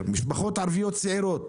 משפחות ערביות צעירות